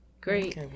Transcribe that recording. great